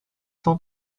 cent